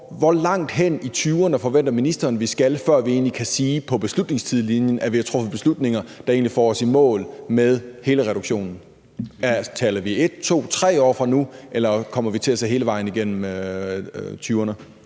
Hvor langt hen i 20'erne forventer ministeren vi skal, før vi egentlig kan sige på beslutningstidslinjen, at vi har truffet beslutninger, der får os i mål med hele reduktionen? Taler vi om 1 år, 2 år eller 3 år fra nu, eller kommer vi til at nå hele vejen igennem 20'erne?